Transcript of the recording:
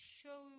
show